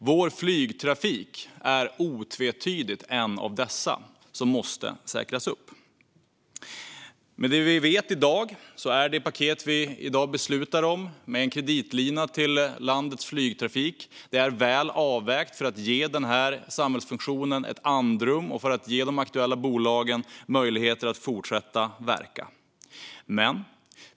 Vår flygtrafik är otvetydigt en av dessa som måste säkras upp. Med det vi vet i dag är det paket vi i dag beslutar om, med en kreditlina till landets flygtrafik, väl avvägt för att ge denna samhällsfunktion ett andrum och för att ge de aktuella bolagen möjlighet att fortsätta att verka.